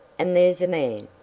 and there's a man.